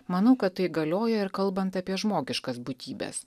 manau kad tai galioja ir kalbant apie žmogiškas būtybes